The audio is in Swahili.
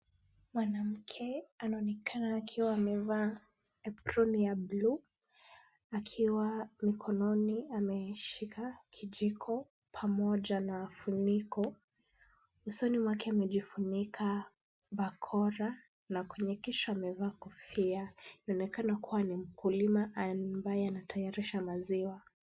Mwanamke anaonekana akiwa amevaa aproni ya bluu akiwa mkononi ameshika kijiko pamoja na finiko. Usoni mwake amejifunika barakoa na kwenye kichwa amevaa kofia. Anaonekana kuwa ni mkulima ambaye anatayarisha maziwa.